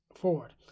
forward